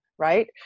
Right